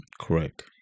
Correct